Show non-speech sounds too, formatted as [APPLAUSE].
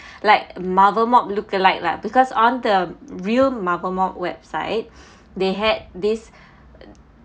like marvel mop lookalike lah because on the real marvel mop website [BREATH] they had this